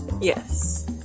Yes